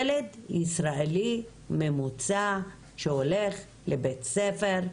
ילד ישראלי ממוצע שהולך לבית ספר,